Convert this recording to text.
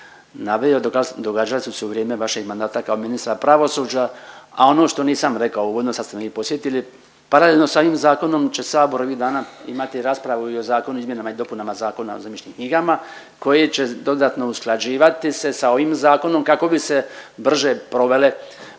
naveo događale su se u vrijeme vašega mandata kao ministra pravosuđa, a ono što nisam rekao uvodno, a sad ste me vi podsjetili paralelno s ovim zakonom će sabor ovih dana imati raspravu i o Zakonu o izmjenama i dopunama Zakona o zemljišnim knjigama koji će dodatno usklađivati se sa ovim zakonom kao bi se brže provele,